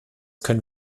können